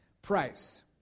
price